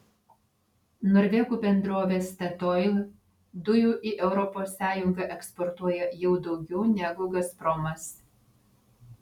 norvegų bendrovė statoil dujų į europos sąjungą eksportuoja jau daugiau negu gazpromas